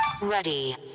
Ready